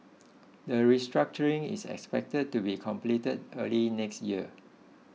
the restructuring is expected to be completed early next year